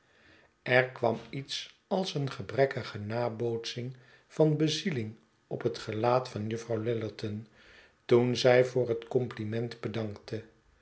er kwam iets als een gebrekkige nabootsing van bezieling op het gelaat van juffrouw lillerton toen zij voor het compliment bedankte